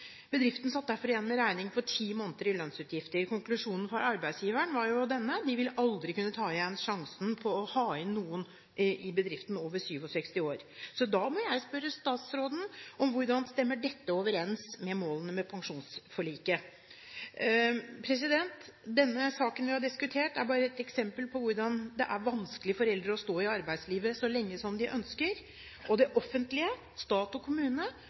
i lønnsutgifter. Konklusjonen fra arbeidsgiveren var at de aldri igjen ville kunne ta sjansen på å ta noen over 67 år inn i bedriften. Da må jeg spørre statsråden: Hvordan stemmer dette overens med målene for pensjonsforliket? Denne saken vi har diskutert, er bare et eksempel på hvordan det er vanskelig for eldre å stå i arbeidslivet så lenge som de ønsker. Det offentlige – stat og kommune